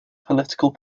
political